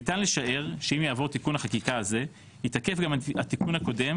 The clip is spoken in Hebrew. ניתן לשער שאם יעבור תיקון החקיקה הזה ייתקף גם התיקון הקודם